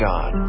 God